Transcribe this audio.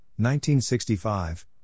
1965